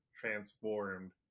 transformed